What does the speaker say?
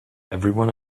everyone